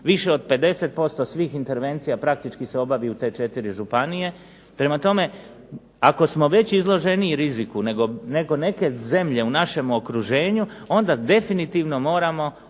Više od 50% svih intervencija praktički se obavi u te četiri županije. Prema tome, ako smo već izloženiji riziku nego neke zemlje u našem okruženju onda definitivno moramo ovome